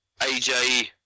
AJ